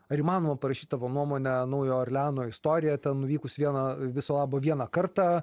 ar įmanoma parašyt tavo nuomone naujojo orleano istoriją ten nuvykus vieną viso labo vieną kartą